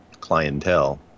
clientele